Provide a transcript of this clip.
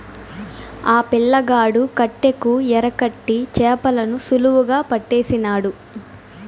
ఆ పిల్లగాడు కట్టెకు ఎరకట్టి చేపలను సులువుగా పట్టేసినాడు